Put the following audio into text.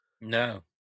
no